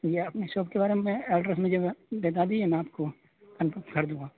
جی اپنے شاپ کے بارے میں ایڈریس مجھے بتا دیے نا آپ کو دوں گا